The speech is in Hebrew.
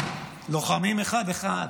לוחמים אחד-אחד.